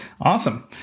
Awesome